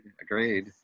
Agreed